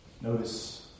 Notice